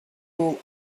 all